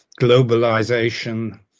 globalization